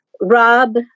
Rob